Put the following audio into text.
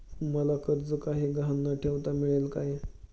मला कर्ज काही गहाण न ठेवता मिळेल काय?